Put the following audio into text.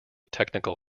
technical